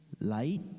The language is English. Light